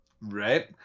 right